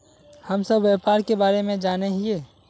हम सब व्यापार के बारे जाने हिये?